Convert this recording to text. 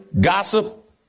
gossip